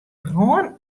brân